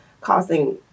causing